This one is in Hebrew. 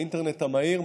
האינטרנט המהיר,